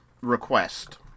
request